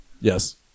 Yes